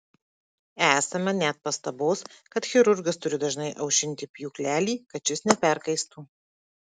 esama net pastabos kad chirurgas turi dažnai aušinti pjūklelį kad šis neperkaistų